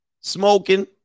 smoking